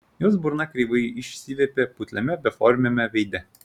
jos burna kreivai išsiviepė putliame beformiame veide